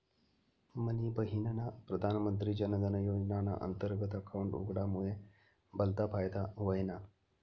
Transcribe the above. मनी बहिनना प्रधानमंत्री जनधन योजनाना अंतर्गत अकाउंट उघडामुये भलता फायदा व्हयना